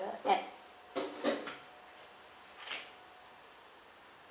app